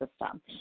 system